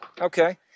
Okay